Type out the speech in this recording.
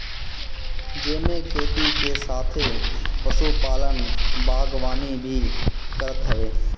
जेमे खेती के साथे पशुपालन, बागवानी भी करत हवे